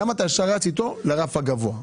למה אתה ישר רץ איתו לרף הגבוה,